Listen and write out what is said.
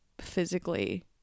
physically